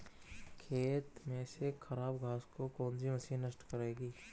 खेत में से खराब घास को कौन सी मशीन नष्ट करेगी?